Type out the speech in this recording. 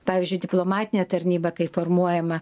pavyzdžiui diplomatinė tarnyba kai formuojama